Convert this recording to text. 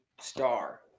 star